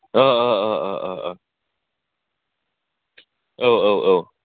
औ औ औ